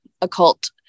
occult